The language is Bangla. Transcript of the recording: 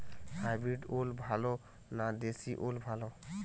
হাইব্রিড ওল ভালো না দেশী ওল ভাল?